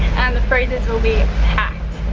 and the freezers will be packed